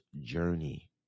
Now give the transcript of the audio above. journey